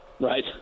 Right